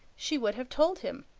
she would have told him,